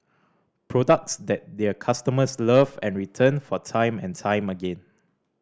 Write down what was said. products that their customers love and return for time and time again